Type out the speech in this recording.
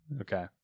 Okay